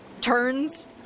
turns